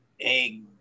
egg